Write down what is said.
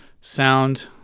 sound